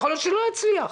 יכול להיות שלא יצליח,